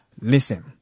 Listen